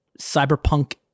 cyberpunk